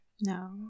No